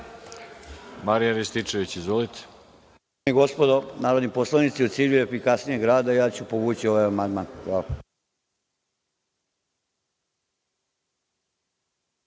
Marijan Rističević. Izvolite.